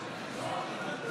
נגד.